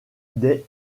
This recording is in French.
des